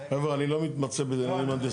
אני לא מתמצא בעניינים הנדסיים.